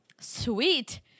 Sweet